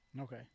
Okay